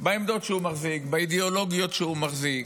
בעמדות שהוא מחזיק, באידיאולוגיות שהוא מחזיק,